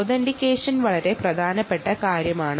authentication വളരെ പ്രധാനപ്പെട്ട കാര്യമാണ്